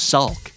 Sulk